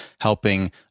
helping